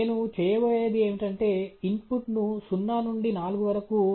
నేను చేయబోయేది ఏమిటంటే ఇన్పుట్ను 0 నుండి 4 వరకు 0